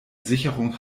sicherung